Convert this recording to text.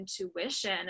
intuition